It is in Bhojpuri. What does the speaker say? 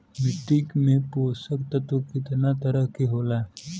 मिट्टी में पोषक तत्व कितना तरह के होला?